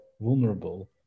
vulnerable